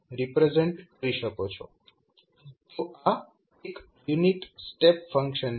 તો આ એક યુનિટ સ્ટેપ ફંક્શન છે